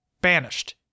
Banished